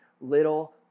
little